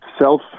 self